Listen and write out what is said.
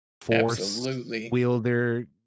force-wielder